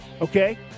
okay